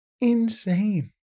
Insane